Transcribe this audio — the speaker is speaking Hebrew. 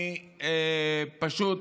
פשוט,